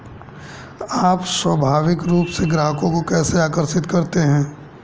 आप स्वाभाविक रूप से ग्राहकों को कैसे आकर्षित करते हैं?